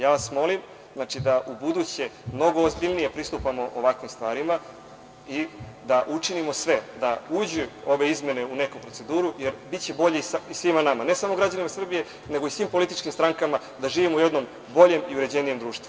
Ja vas molim da ubuduće mnogo ozbiljnije pristupamo ovakvim stvarima i da učinimo sve da uđu ove izmene u neku proceduru, jer biće bolje svima nama, ne samo građanima Srbije, nego svim političkim strankama, da živimo u jednom boljem i uređenijem društvu.